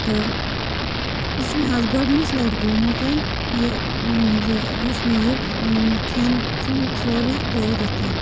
تہٕ یہِ چھُ مےٚ آز گۄڈنِچ لَٹہِ گوٚمُت یہِ یہِ یُس مےٚ یہِ کھٮ۪ن ژھُن سورُے دٲرِتھ